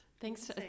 Thanks